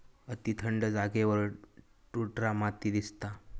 अती थंड जागेवर टुंड्रा माती दिसता